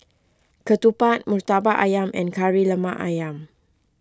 Ketupat Murtabak Ayam and Kari Lemak Ayam